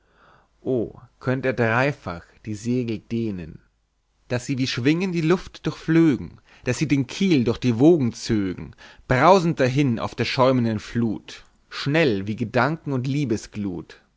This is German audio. o könnt er dreifach die segel dehnen daß sie wie schwingen die luft durchflögen daß sie den kiel durch die wogen zögen brausend dahin auf der schäumenden fluth schnell wie gedanken und